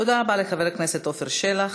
תודה רבה לחבר הכנסת עפר שלח.